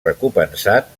recompensat